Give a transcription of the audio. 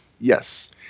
Yes